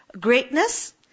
greatness